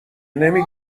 نمی